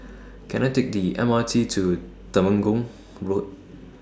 Can I Take The M R T to Temenggong Road